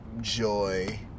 joy